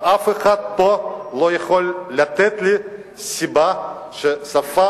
ואף אחד פה לא יכול לתת לי סיבה מדוע השפה